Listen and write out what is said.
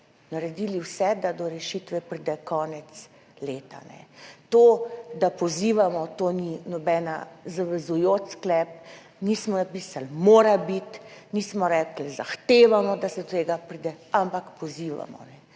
naredili vse, da do rešitve pride konec leta. To, da pozivamo, to ni noben zavezujoč sklep. Nismo napisali, mora biti. Nismo rekli, zahtevamo, da se do tega pride, ampak pozivamo.